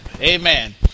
Amen